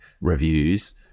reviews